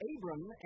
Abram